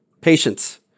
Patience